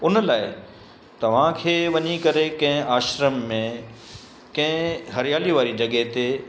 हुन लाइ तव्हांखे वञी करे कंहिं आश्रम में कंहिं हरियाली वारी जॻह ते